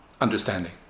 understanding